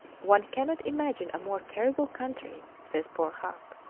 one cannot imagine a more terrible country, says poor huc.